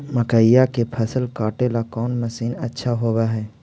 मकइया के फसल काटेला कौन मशीन अच्छा होव हई?